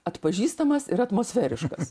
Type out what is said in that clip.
atpažįstamas ir atmosferiškas